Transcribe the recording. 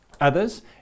others